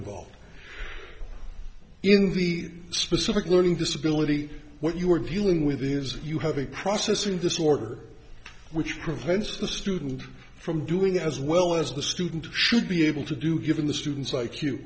involved in the specific learning disability what you're dealing with is you have a processing disorder which prevents the student from doing as well as the student should be able to do given the students